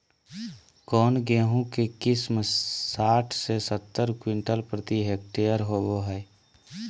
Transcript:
कौन गेंहू के किस्म साठ से सत्तर क्विंटल प्रति हेक्टेयर होबो हाय?